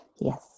Yes